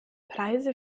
preise